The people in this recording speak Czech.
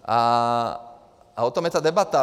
A o tom je ta debata.